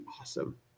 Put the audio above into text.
awesome